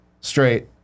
straight